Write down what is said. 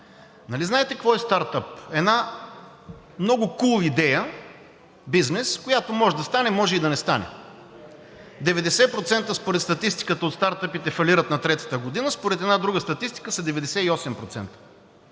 Нали знаете какво е стартъп? Една много cool бизнес идея, която може да стане или може да не стане. Според статистиката 90% от стартъпите фалират на третата година, а според една друга статистика са 98%.